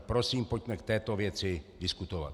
Prosím, pojďme k této věci diskutovat.